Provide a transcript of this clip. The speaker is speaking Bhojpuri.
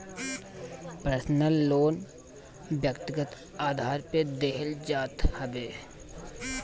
पर्सनल लोन व्यक्तिगत आधार पे देहल जात हवे